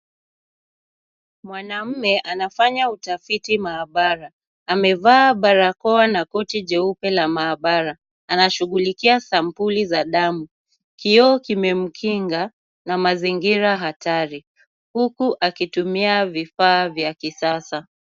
Mwanaume amefanya utafiti maabara, amevaa barakoa na koti jeupe la maabara, anashughulika sampuli za damu, kioo kimemkinga na mazingira hatari huku akitumia vifaa vya kisasa.